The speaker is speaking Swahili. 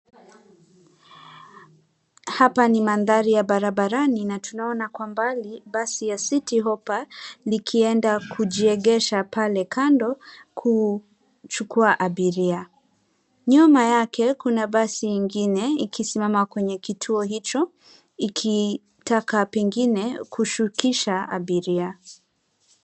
Hapa ni mandhari ya barabarani na tunaona kwa mbali basi ya Citi Hoppa likienda kujiegesha pale kando, kuchukua abiria. Nyuma yake, kuna basi ingine ikisimama kwenye kituo hicho, ikitaka pengine kushukisha abiria.